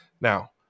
now